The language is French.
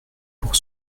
pour